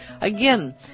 Again